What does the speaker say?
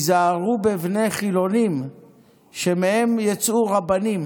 היזהרו בבני חילונים שמהם יצאו רבנים,